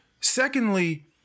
Secondly